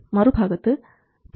മറുഭാഗത്ത് 0